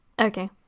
okay